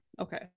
okay